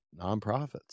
nonprofits